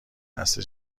نسل